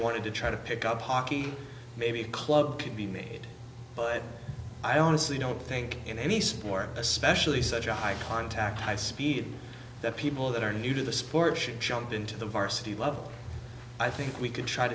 wanted to try to pick up hockey maybe a club could be made but i honestly don't think in any sport especially such a high contact high speed that people that are new to the sport should jump into the varsity love i think we could try